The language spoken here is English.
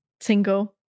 single